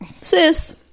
sis